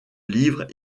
livres